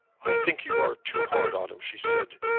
i think you are too hard on him, she said.